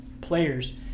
players